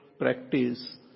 practice